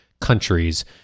countries